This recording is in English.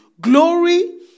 glory